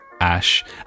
Ash